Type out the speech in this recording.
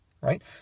right